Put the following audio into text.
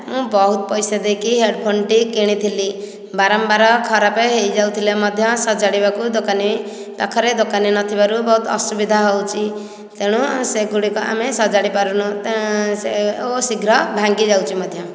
ମୁଁ ବହୁତ ପଇସା ଦେଇକି ହେଡ଼ଫୋନଟି କିଣିଥିଲି ବାରମ୍ବାର ଖରାପ ହୋଇଯାଉଥିଲେ ମଧ୍ୟ ସଜାଡ଼ିବାକୁ ଦୋକାନୀ ପାଖରେ ଦୋକାନୀ ନଥିବାରୁ ବହୁତ ଅସୁବିଧା ହେଉଛି ତେଣୁ ସେଗୁଡ଼ିକ ଆମେ ସଜାଡ଼ି ପାରୁନୁ ଓ ଶୀଘ୍ର ଭାଙ୍ଗିଯାଉଛି ମଧ୍ୟ